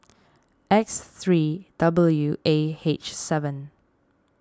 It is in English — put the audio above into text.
X three W A H seven